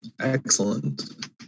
excellent